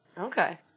Okay